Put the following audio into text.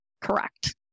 Correct